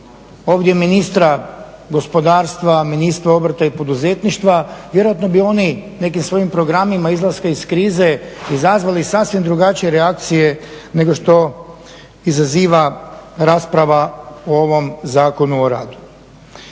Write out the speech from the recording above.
ovdje ministra gospodarstva, ministra obrta i poduzetništva vjerojatno bi oni nekim svojim programima izlaska iz krize izazvali sasvim drugačije reakcije nego što izaziva ova rasprava o Zakonu o radu.